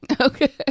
Okay